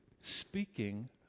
speaking